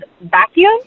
vacuum